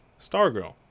Stargirl